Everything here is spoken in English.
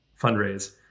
fundraise